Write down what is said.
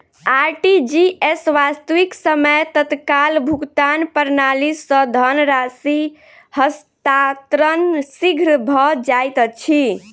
RTGS, वास्तविक समय तत्काल भुगतान प्रणाली, सॅ धन राशि हस्तांतरण शीघ्र भ जाइत अछि